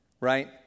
right